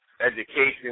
Education